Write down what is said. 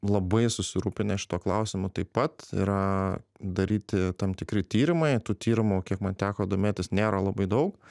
labai susirūpinę šituo klausimu taip pat yra daryti tam tikri tyrimai tų tyrimų kiek man teko domėtis nėra labai daug